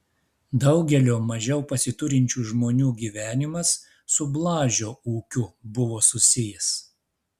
daugelio mažiau pasiturinčių žmonių gyvenimas su blažio ūkiu buvo susijęs